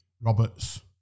Roberts